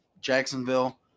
Jacksonville